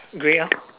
grey lor